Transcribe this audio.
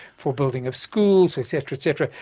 for building of schools, etc, etc.